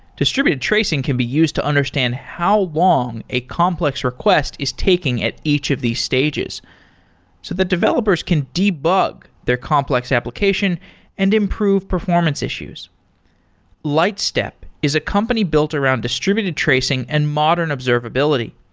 distributed tracing can be used to understand how long a complex request is taking at each of these stages, so the developers can debug their complex application and improve performance issues lightstep is a company built around distributed tracing and modern observability.